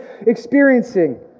experiencing